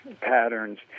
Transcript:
patterns